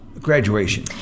graduation